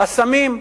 הסמים.